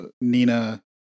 Nina